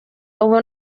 ubu